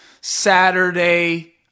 Saturday